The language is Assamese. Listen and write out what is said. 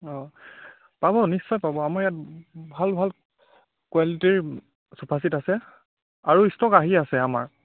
অঁ পাব নিশ্চয় পাব আমাৰ ইয়াত ভাল ভাল কোৱালিটিৰ চোফা চেট আছে আৰু ষ্টক আহি আছে আমাৰ